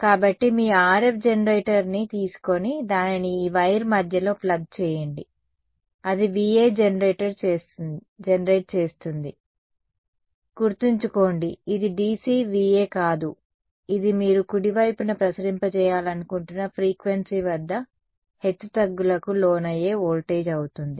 కాబట్టి మీ RF జెనరేటర్ని తీసుకుని దానిని ఈ వైర్ మధ్యలో ప్లగ్ చేయండి అది V A జెనెరేట్ చేస్తుంది గుర్తుంచుకోండి ఇది DC VA కాదు ఇది మీరు కుడివైపున ప్రసరింపజేయాలనుకుంటున్న ఫ్రీక్వెన్సీ వద్ద హెచ్చుతగ్గులకు లోనయ్యే వోల్టేజ్ అవుతుంది